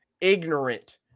ignorant